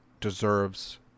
deserves